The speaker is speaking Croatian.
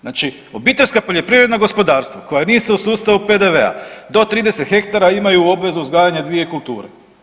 Znači obiteljska poljoprivredna gospodarstva koja nisu u sustavu PDV-a do 30 ha imaju obvezu uzgajanja dvije kulture.